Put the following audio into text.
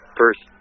first